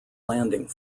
landing